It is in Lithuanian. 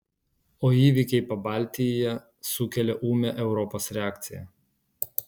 o įvykiai pabaltijyje sukelia ūmią europos reakciją